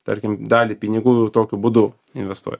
tarkim dalį pinigų tokiu būdu investuoja